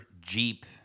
Jeep